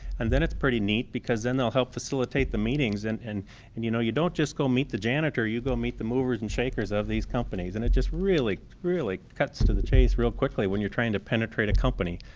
and then it's pretty neat because then they'll help facilitate the meetings and and you know you don't just go meet the janitor you go meet the movers and shakers of those companies and it just really really cuts to the chase quickly when you're trying to penetrate a company.